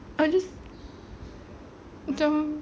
I just macam